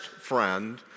friend